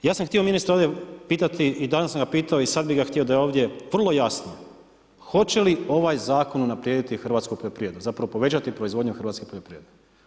Ja sam htio ovdje ministra pitati i danas sam ga pitao i sad bih ga htio da je ovdje vrlo jasno hoće li ovaj zakon unaprijediti hrvatsku poljoprivredu, zapravo povećati proizvodnju hrvatske poljoprivrede.